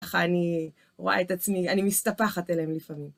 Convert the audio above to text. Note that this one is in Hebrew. ככה אני רואה את עצמי, אני מסתפחת אליהם לפעמים.